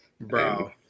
Bro